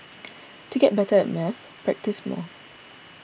to get better at maths practise more